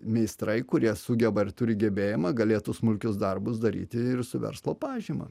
meistrai kurie sugeba ir turi gebėjimą galėtų smulkius darbus daryti ir su verslo pažyma